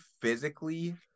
physically